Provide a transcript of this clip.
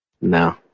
no